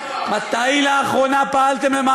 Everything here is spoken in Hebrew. מתי לאחרונה פעלתם למען היישובים?